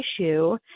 issue